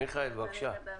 בבקשה.